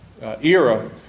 era